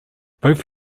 both